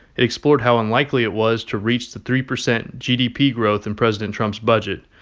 it explored how unlikely it was to reach the three percent gdp growth in president trump's budget.